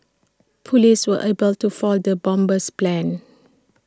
Police were able to foil the bomber's plans